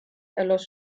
erlosch